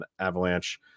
Avalanche